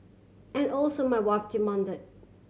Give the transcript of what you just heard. and also my wife demand